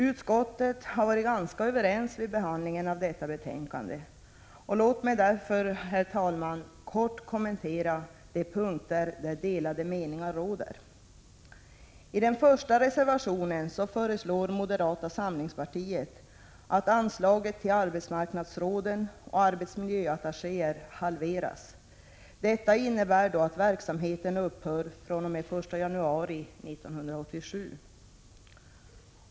Utskottet har varit ganska överens vid behandlingen av detta betänkande, och låt mig därför, herr talman, kort kommentera de punkter där delade meningar råder. I den första reservationen föreslår moderata samlingspartiet att anslaget till arbetsmarknadsråd och arbetsmarknadsattachéer halveras. Detta innebär att verksamheten skall upphöra fr.o.m. den 1 januari 1987.